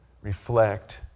reflect